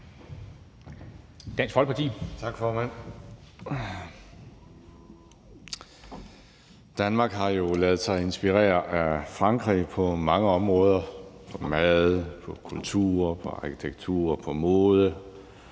(DF): Tak, formand. Danmark har ladet sig inspirere af Frankrig på mange områder – mad, kultur, arkitektur, mode,